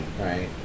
right